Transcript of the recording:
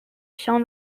chão